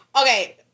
Okay